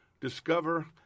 discover